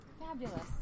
Fabulous